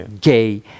gay